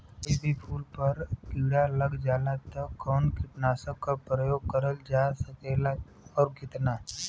कोई भी फूल पर कीड़ा लग जाला त कवन कीटनाशक क प्रयोग करल जा सकेला और कितना?